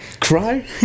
cry